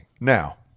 Now